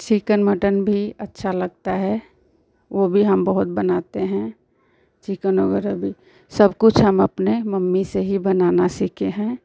chicken mutton भी अच्छा लगता है वह भी हम बहुत बनाते हैं चिक़न वग़ैरह भी सबकुछ हम अपनी मम्मी से ही बनाना सीखे हैं